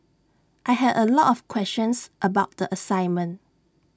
I had A lot of questions about the assignment